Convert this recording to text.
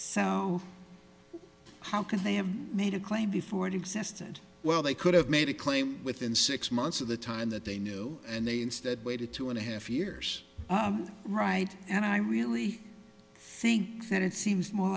so how could they have made a claim before it existed well they could have made a claim within six months of the time that they knew and they instead waited two and a half years right and i really think that it seems more